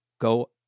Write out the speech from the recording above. go